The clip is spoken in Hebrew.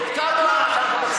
כמה?